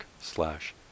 slash